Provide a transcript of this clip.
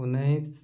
ଉନେଇଶି